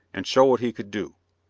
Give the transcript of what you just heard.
and show what he could do.